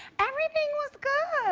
everything was good. yeah.